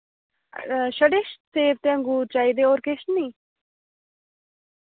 शड़े सेब ते अंगूर चाहिदे और किश नी